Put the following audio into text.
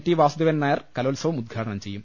T Vasudevan Nair കലോത്സവം ഉദ്ഘാടനം ചെയ്യും